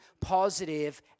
positive